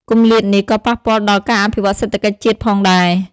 គម្លាតនេះក៏ប៉ះពាល់ដល់ ការអភិវឌ្ឍសេដ្ឋកិច្ចជាតិ ផងដែរ។